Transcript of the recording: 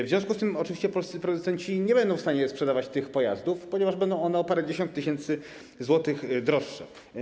W związku z tym oczywiście polscy producenci nie będą w stanie sprzedawać tych pojazdów, ponieważ będą one o parędziesiąt tysięcy złotych droższe.